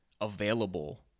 available